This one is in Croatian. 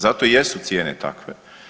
Zato i jesu cijene takve.